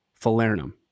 falernum